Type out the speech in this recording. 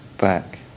back